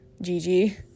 Gigi